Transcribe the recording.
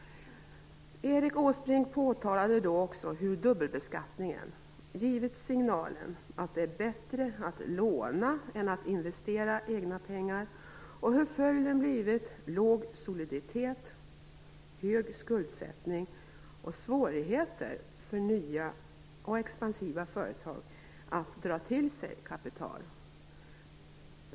Erik Åsbrink påtalade också hur dubbelbeskattningen givit signalen att det är bättre att låna än att investera egna pengar och hur följden blivit låg soliditet, hög skuldsättning och svårigheter för nya och expansiva företag att dra till sig kapital.